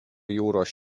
jūros